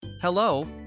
Hello